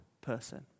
person